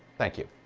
thank you.